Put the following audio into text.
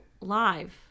live